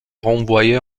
renvoyé